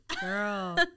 Girl